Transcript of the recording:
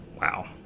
Wow